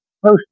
first